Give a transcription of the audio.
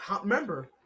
remember